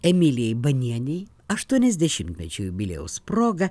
emilijai banienei aštuoniasdešimtmečio jubiliejaus proga